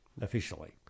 officially